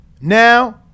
Now